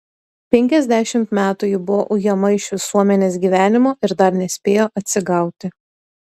penkiasdešimt metų ji buvo ujama iš visuomenės gyvenimo ir dar nespėjo atsigauti